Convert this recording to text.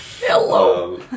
Hello